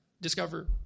discover